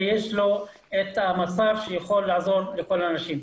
ויכול לעזור לכל האנשים.